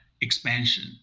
expansion